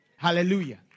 Hallelujah